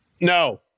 No